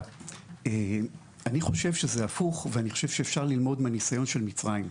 אני חושב שזה הפוך ואני חושב שאפשר ללמוד מהניסיון של מצרים.